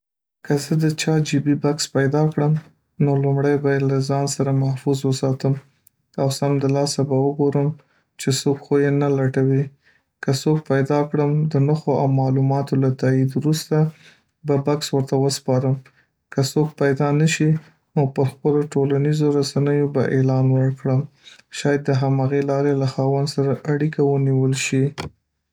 که زه د چا جیبي بکس پیدا کړم، نو لومړی به یې له ځان سره محفوظ وساتم، او سم دلاسه به وګورم چې څوک خو یې نه لټوي که څوک پیدا کړم، د نښو او معلوماتو له تایید وروسته به بکس ورته وسپارم که څوک پیدا نه شي، نو پر خپلو ټولنیزو رسنیو به اعلان ورکړم، شاید د هماغې لارې له خاوند سره اړیکه ونیول شي.